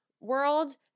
world